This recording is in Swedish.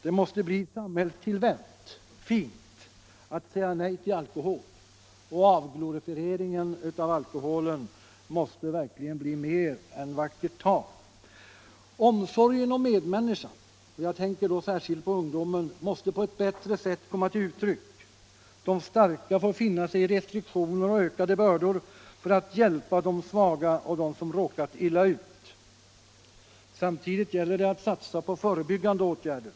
Det måste bli samhällstillvänt, fint, att säga nej till alkohol. Avglorifieringen av alkoholen måste bli mer än vackert tal. Omsorgen om medmänniskan, och jag tänker då särskilt på ungdomen, måste på ett bättre sätt komma till uttryck. De starka får finna sig i restriktioner och ökade bördor för att hjälpa de svaga och dem som råkat illa ut. Samtidigt gäller det att satsa på förebyggande åtgärder.